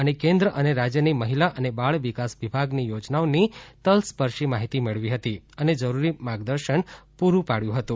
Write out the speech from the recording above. અને કેન્દ્ર અને રાજયની મહિલા અને બાળ વિકાસ વિભાગની યોજનાઓની તલસ્પર્શી માહિતી મેળવી હતી અને જરૂરી માર્ગદર્શન પુરૂં પાડયું હતું